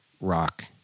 rock